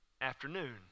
afternoon